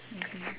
mmhmm